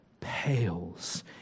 pales